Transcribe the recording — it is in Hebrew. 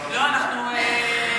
לא, אנחנו עדיין,